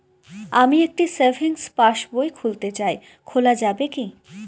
আমি একটি সেভিংস পাসবই খুলতে চাই খোলা যাবে কি?